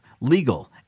legal